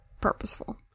purposeful